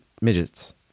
midgets